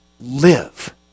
Live